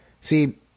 See